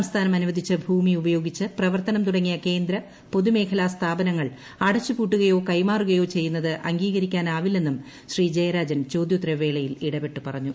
സംസ്ഥാനം അനുവദിച്ച ഭൂമി ഉപയോഗിച്ച് പ്രവർത്തനം തുടങ്ങിയ കേന്ദ്ര പൊതുമേഖല സ്ഥാപനങ്ങൾ അടച്ചു പൂട്ടുകയോ കൈമാറുകയോ ചെയ്യുന്നത് അംഗീകരിക്കാനാവില്ലെന്നും ശ്രീ ജയരാജൻ ചോദ്യോത്തരവേളയിൽ ഇടപെട്ട് പറഞ്ഞു